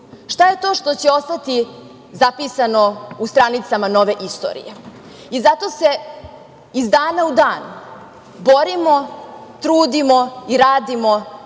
šta je to što će ostati zapisano u stranicama nove istorije. Zato se iz dana u dan borimo, trudimo i radimo